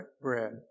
bread